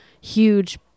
huge